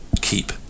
keep